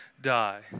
die